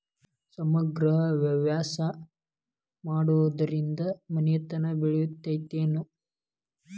ಸಮಗ್ರ ವ್ಯವಸಾಯ ಮಾಡುದ್ರಿಂದ ಮನಿತನ ಬೇಳಿತೈತೇನು?